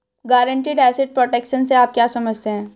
Guaranteed asset protection से आप क्या समझते हैं?